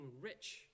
rich